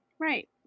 Right